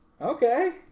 Okay